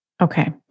Okay